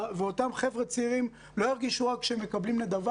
ואותם חבר'ה צעירים לא ירגישו רק שהם מקבלים נדבה